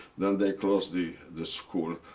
then they closed the the school.